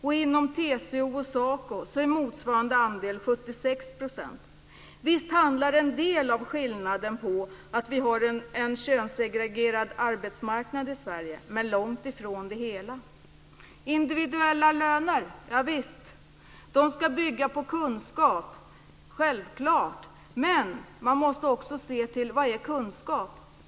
Och inom TCO och SACO är motsvarande andel 76 %. Visst handlar en del av skillnaden, men långt ifrån hela, om att vi har en könssegregerad arbetsmarknad i Sverige. Javisst, ska det vara individuella löner. De ska självklart bygga på kunskap, men man måste också se till vad kunskap är.